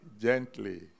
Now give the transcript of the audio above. gently